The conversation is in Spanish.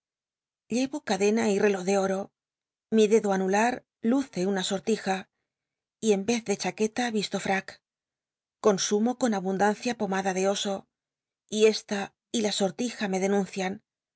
llevo cadena y l'eló de oro gencia po tija y en vez de cllami dedo anular luce una soi c ueta visto frac consumo con abundancia pomada de oso y esta y la sortija me denuncian